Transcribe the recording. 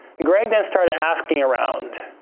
greg then started asking around,